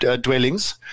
dwellings